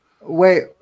Wait